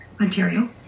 Ontario